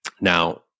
Now